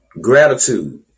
gratitude